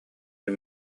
ким